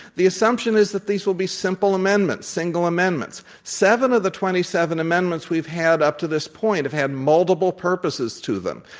the assumption is that these will be simple amendments single amendments. seven of the twenty seven amendments we've had up to this point have had multiple purposes to them.